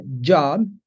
job